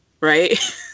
right